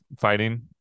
fighting